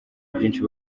byinshi